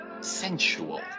sensual